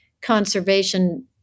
conservation